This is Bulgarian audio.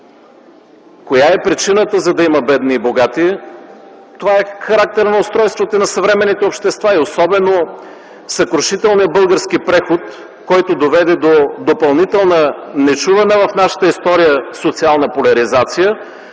Коя е причината, за да има бедни и богати? Това е характерът на устройството и на съвременните общества, особено съкрушителният български преход, който доведе до допълнителна, нечувана в нашата история социална поляризация